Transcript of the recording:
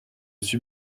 suis